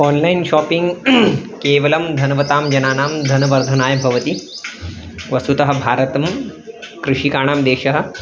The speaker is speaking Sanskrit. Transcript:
आन्लैन् शापिङ्ग् केवलं धनवतां जनानां धनवर्धनाय भवति वस्तुतः भारतं कृषिकाणां देशः